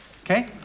Okay